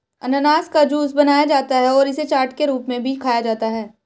अनन्नास का जूस बनाया जाता है और इसे चाट के रूप में भी खाया जाता है